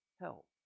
help